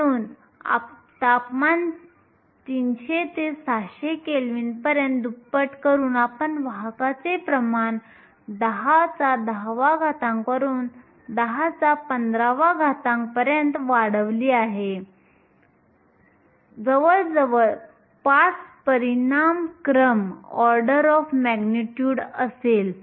म्हणून तापमान 300 ते 600 केल्विन पर्यंत दुप्पट करून आपण वाहकाचे प्रमाण 1010 वरून 1015 पर्यंत वाढवली आहे जवळजवळ 5 परिमाण क्रम असेल